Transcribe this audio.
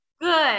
Good